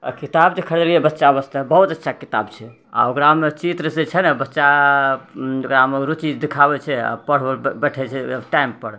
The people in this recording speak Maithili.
किताब जे खरीदलिए बच्चा वास्ते बहुत अच्छा किताब छै आओर ओकरामे चित्रसँ छै ने बच्चा ओकरामे रुचि देखाबै छै पढ़ैलए बैठे छै टाइमपर